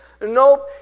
Nope